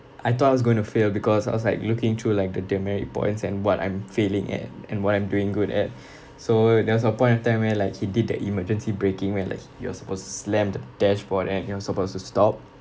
I thought I was going to fail because I was like looking through like the demerit points and what I'm failing at and what I'm doing good at so there was a point of time where like he did the emergency braking where like you're supposed to slam the dashboard and you're supposed to stop